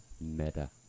Meta